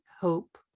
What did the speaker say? hope